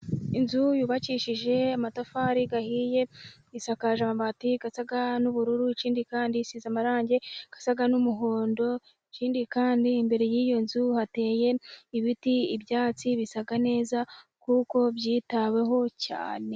Inzu yubakishije amatafari ahiye, isakaje amabati asa n'ubururu, ikindi kandi isize amarangi asa n'umuhondo, ikindi kandi imbere y'iyo nzu hateye ibiti, ibyatsi bisa neza, kuko byitaweho cyane.